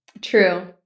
True